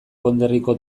konderriko